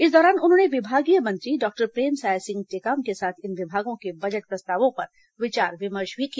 इस दौरान उन्होंने विभागीय मंत्री डॉक्टर प्रेमसाय सिंह टेकाम के साथ इन विभागों के बजट प्रस्तावों पर विचार विमर्श भी किया